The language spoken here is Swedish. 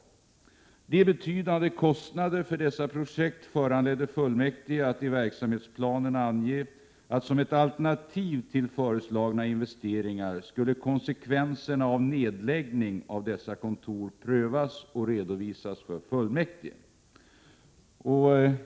De betydande kostnaderna för dessa projekt föranledde fullmäktige att i verksamhetsplanen ange att konsekvensen av nedläggningen av dessa kontor skulle prövas och redovisas i fullmäktige som ett alternativ till föreslagna investeringar.